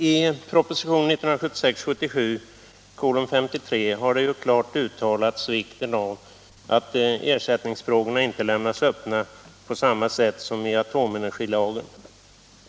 I proposition 1976/77:53 har det klart uttalats vikten av att ersättningsfrågorna inte lämnas öppna på samma sätt som i atomenergilagen.